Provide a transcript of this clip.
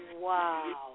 Wow